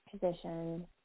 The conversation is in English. position